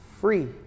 free